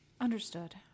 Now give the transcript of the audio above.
Understood